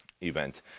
event